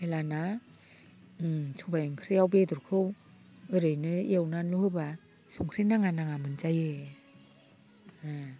ओमफ्राय दाना सबाय ओंख्रियाव बेदरखौ ओरैनो एवनानैल' होब्ला संख्रि नाङा नाङा मोनजायो हा